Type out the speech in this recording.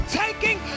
taking